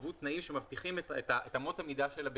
ייקבעו תנאים שמבטיחים את אמות המידה של הבטיחות.